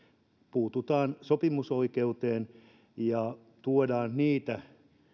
puututaan sopimusoikeuteen ja tuodaan niitä